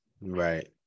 right